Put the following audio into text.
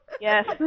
Yes